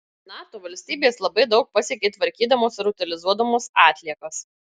nato valstybės labai daug pasiekė tvarkydamos ir utilizuodamos atliekas